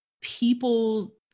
people